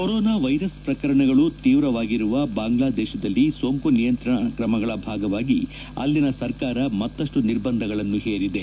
corona virus ಪ್ರಕರಣಗಳು ತೀವ್ರವಾಗಿರುವ ಬಾಂಗ್ಲಾದೇಶದಲ್ಲಿ ಸೋಂಕು ನಿಯಂತ್ರಣ ಕ್ರಮಗಳ ಭಾಗವಾಗಿ ಅಲ್ಲಿನ ಸರ್ಕಾರ ಮತ್ತಷ್ಟು ನಿರ್ಬಂಧಗಳನ್ನು ಹೇರಿದೆ